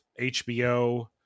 HBO